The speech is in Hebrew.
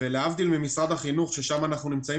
להבדיל ממשרד החינוך ששם אנחנו נמצאים